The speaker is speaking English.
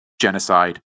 genocide